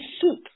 soup